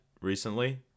recently